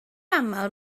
aml